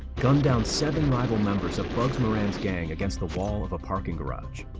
gunned down seven rival members of bugs moran's gang against the wall of a parking garage.